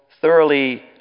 thoroughly